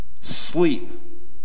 sleep